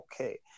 okay